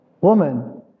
woman